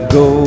go